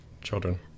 children